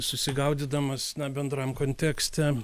susigaudydamas na bendram kontekste